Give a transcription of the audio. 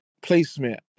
placement